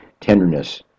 tenderness